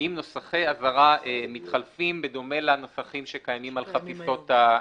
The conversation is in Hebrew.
עם נוסחי אזהרה מתחלפים בדומה לנוסחים שקיימים על חפיסות המוצרים.